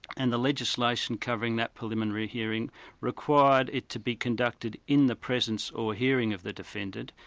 and the legislation covering that preliminary hearing required it to be conducted in the presence or hearing of the defendant,